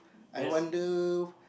I wonder